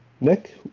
Nick